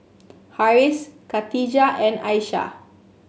Harris Katijah and Aisyah